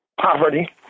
poverty